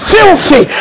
Filthy